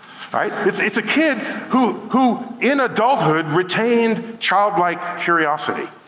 right. it's it's a kid, who who in adulthood, retained child-like curiosity.